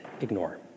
ignore